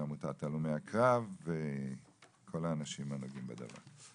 עמותת הלומי הקרב בישראל וכל האנשים הנוגעים בדבר.